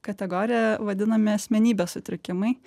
kategorija vadinami asmenybės sutrikimai